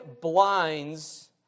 blinds